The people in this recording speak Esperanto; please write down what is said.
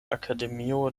akademio